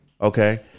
Okay